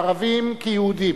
ערבים כיהודים,